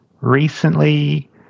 recently